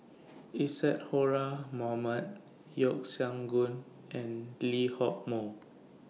Isadhora Mohamed Yeo Siak Goon and Lee Hock Moh